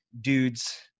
dudes